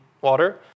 water